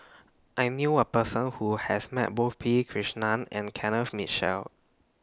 I knew A Person Who has Met Both P Krishnan and Kenneth Mitchell